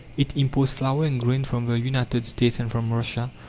it imports flour and grain from the united states and from russia,